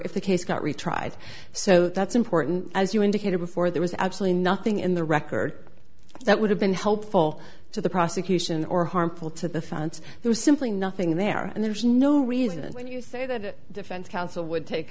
if the case got retried so that's important as you indicated before there was absolutely nothing in the record that would have been helpful to the prosecution or harmful to the fence there's simply nothing there and there's no reason when you say that defense counsel would take